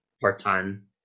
part-time